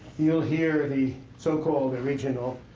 you'll hear the so-called original.